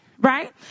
right